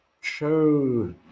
show